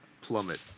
plummet